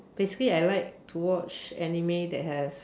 basically I like to watch anime that has